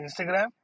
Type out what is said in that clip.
Instagram